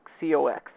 C-O-X